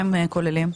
מה כוללים?